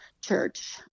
church